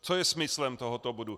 Co je smyslem tohoto bodu?